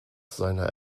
seiner